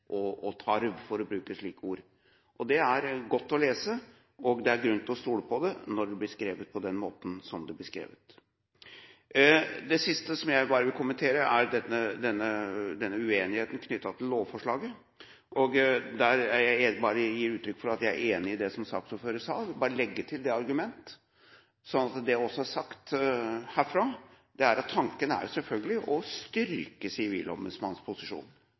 rettssikkerhet og tarv, for å bruke slike ord. Det er godt å lese, og det er grunn til å stole på det når det ble skrevet på den måten som det ble skrevet. Det siste som jeg vil kommentere, er denne uenigheten knyttet til lovforslaget. Der vil jeg bare gi uttrykk for at jeg er enig i det som saksordføreren sa. Jeg vil bare legge til det argumentet, slik at det også er sagt herfra, at tanken er selvfølgelig å styrke Sivilombudsmannens posisjon,